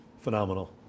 Phenomenal